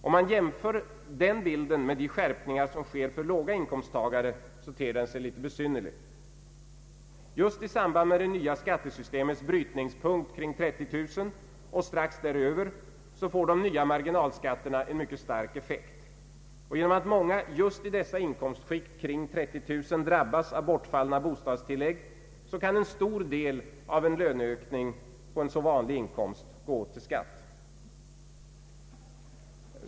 Om man jämför den bilden med de skärpningar som sker för låga inkomsttagare, ter den sig litet besynnerlig. Just i samband med det nya skattesystemets brytningspunkt kring 30000 och strax däröver får de nya marginalskatterna en mycket stark effekt. Genom att många just i dessa inkomstskikt kring 30 000 drabbas av bortfallna bostadstillägg kan en stor del av en löneökning på en så vanlig inkomst gå åt till skatt.